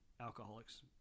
alcoholics